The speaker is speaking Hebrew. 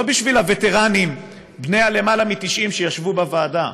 לא בשביל הווטרנים בני למעלה מ-90 שישבו בוועדה,